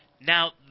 Now